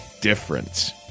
difference